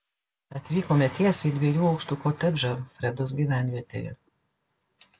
atvykome tiesiai į dviejų aukštų kotedžą fredos gyvenvietėje